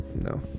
No